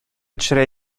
төшерә